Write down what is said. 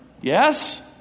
Yes